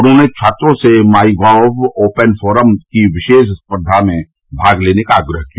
उन्होंने छात्रों से माईगॉव ओपन फोरम की विशेष स्पर्धा में भाग लेने का आग्रह किया